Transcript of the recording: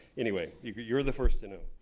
anyway, you're the first to know.